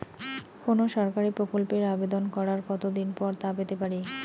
কোনো সরকারি প্রকল্পের আবেদন করার কত দিন পর তা পেতে পারি?